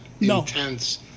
intense